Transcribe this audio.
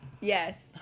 yes